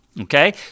Okay